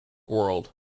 world